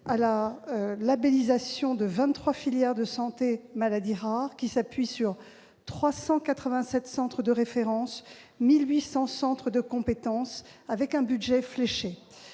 à la labellisation de 23 filières de santé « maladies rares », qui s'appuient sur 387 centres de référence, 1 800 centres de compétences, avec un budget fléché.